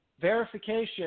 Verification